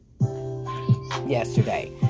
yesterday